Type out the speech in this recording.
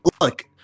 look